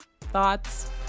thoughts